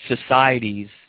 societies